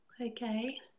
okay